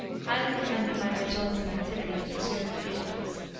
highly commending my vigilance and activity in pursuit of the fugitives.